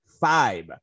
five